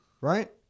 right